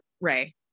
Ray